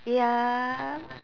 ya